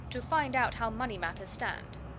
to find out how money matters stand.